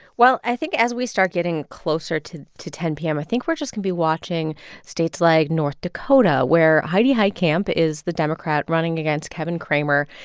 well, i think as we start getting closer to to ten zero p m, i think we're just can be watching states like north dakota, where heidi heitkamp is the democrat running against kevin cramer.